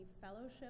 fellowship